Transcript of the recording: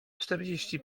czterdzieści